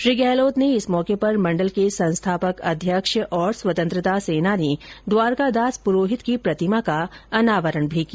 श्री गहलोत ने इस मौके पर मण्डल के संस्थापक अध्यक्ष और स्वतन्त्रता सेनानी द्वारकादास प्रोहित की प्रतिमा का अनावरण भी किया